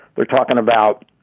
they're talking about.